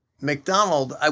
McDonald